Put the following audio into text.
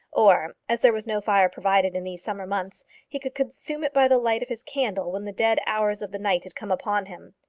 or, as there was no fire provided in these summer months, he could consume it by the light of his candle when the dead hours of the night had come upon him.